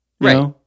Right